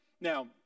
Now